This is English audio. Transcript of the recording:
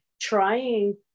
trying